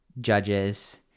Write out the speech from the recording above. judges